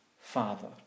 Father